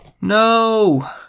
No